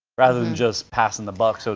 rather than just passing the buck, so